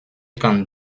kann